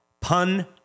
Pun